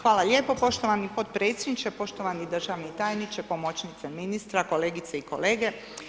Hvala lijepo poštovani potpredsjedniče, poštovani državni tajniče, pomoćnice ministra, kolegice i kolege.